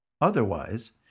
Otherwise